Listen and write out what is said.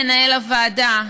מנהל הוועדה,